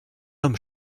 homme